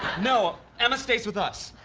no emma stays with us.